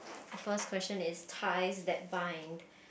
first question is ties that bind